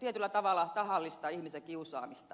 tietyllä tavalla tahallista ihmisen kiusaamista siitä on tässä kysymys